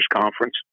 Conference